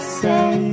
say